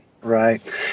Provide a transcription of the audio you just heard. Right